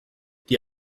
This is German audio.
die